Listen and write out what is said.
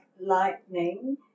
lightning